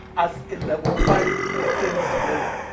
as a level five tennis player.